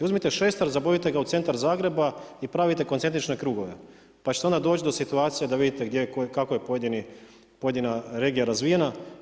Uzmite šestar, zabodite ga u centar Zagreba i pravite koncentrične krugove pa ćete onda doći do situacija da vidite gdje je, kako je pojedina regija razvijena.